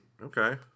Okay